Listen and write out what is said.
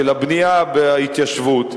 של הבנייה בהתיישבות,